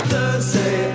Thursday